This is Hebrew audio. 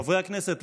חברי הכנסת,